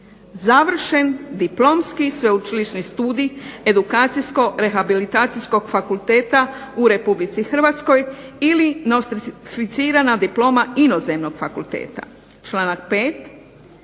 završen diplomski sveučilišni studij, edukacijsko-rehabilitacijskog fakulteta u RH ili nostrificirana diploma inozemnog fakulteta. Članak 5.